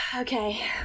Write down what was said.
okay